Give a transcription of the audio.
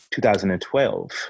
2012